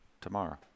Tomorrow